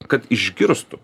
kad išgirstų